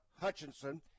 Hutchinson